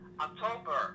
October